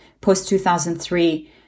post-2003